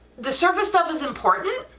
the surface stuff is important,